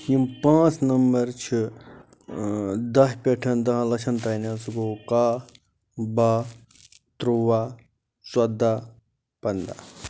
یِم پانٛژھ نمبر چھِ دَہہِ پٮ۪ٹھ دَہن لَچھن تام حظ سُہ گوٚو کَہہ بَہہ تُرٛواہ ژۄداہ پَنٛداہ